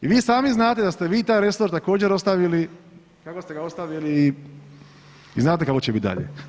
I vi sami znate da ste vi taj resor također ostavili kako ste ga ostavili i znate kako će bit dalje.